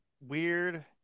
weird